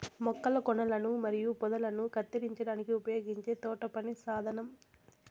మొక్కల కొనలను మరియు పొదలను కత్తిరించడానికి ఉపయోగించే తోటపని సాధనం